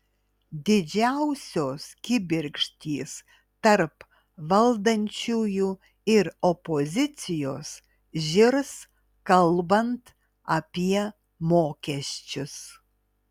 didžiausios kibirkštys tarp valdančiųjų ir opozicijos žirs kalbant apie mokesčius